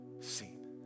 seen